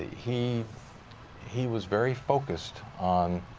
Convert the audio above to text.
he he was very focused on